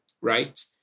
right